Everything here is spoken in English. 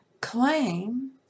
claim